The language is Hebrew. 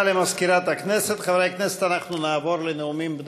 מאת חברי הכנסת יעל כהן-פארן, יוסי יונה,